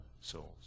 souls